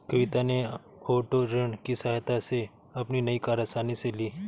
कविता ने ओटो ऋण की सहायता से अपनी नई कार आसानी से ली